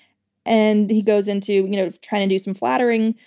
and he goes into you know trying to do some flattering.